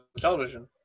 television